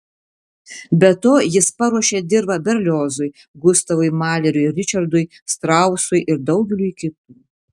be to jis paruošė dirvą berliozui gustavui maleriui ričardui strausui ir daugeliui kitų